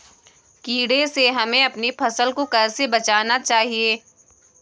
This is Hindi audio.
कीड़े से हमें अपनी फसल को कैसे बचाना चाहिए?